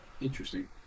Interesting